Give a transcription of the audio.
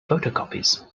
photocopies